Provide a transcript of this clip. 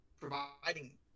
providing